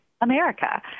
America